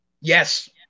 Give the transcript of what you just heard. Yes